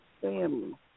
family